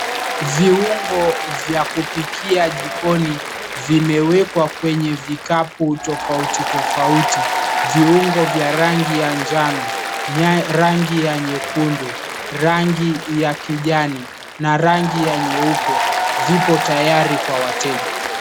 Viungo vya kupikia jikoni vimewekwa kwenye vikapu tofauti tofauti. Viungo vya rangi ya njano, rangi ya nyekundu, rangi ya kijani na rangi ya nyeupe vipo tayari kwa wateja.